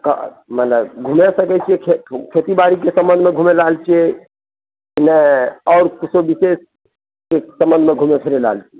मने घुमाए सकै छियै खेती बाड़ीके संबंधमे घुमै लै आएल छियै ने आओर किछु विशेष संबंधमे घुमै फिरै लऽ आएल छियै